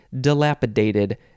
dilapidated